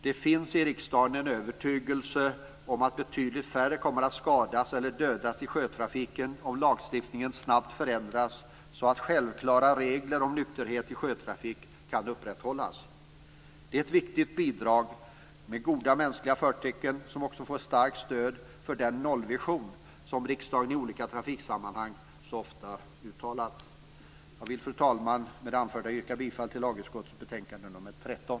Det finns i riksdagen en övertygelse om att betydligt färre kommer att skadas eller dödas i sjötrafiken om lagstiftningen snabbt förändras så att självklara regler om nykterhet i sjötrafik kan upprätthållas. Det är ett viktigt bidrag med goda mänskliga förtecken som också blir ett starkt stöd för den nollvision som riksdagen i olika trafiksammanhang så ofta uttalat. Jag vill, fru talman, med det anförda yrka bifall till hemställan i lagutskottets betänkande nr 13.